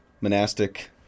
monastic